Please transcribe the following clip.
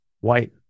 white